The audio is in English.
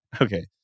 Okay